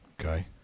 okay